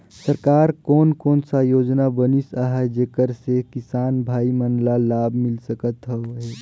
सरकार कोन कोन सा योजना बनिस आहाय जेकर से किसान भाई मन ला लाभ मिल सकथ हे?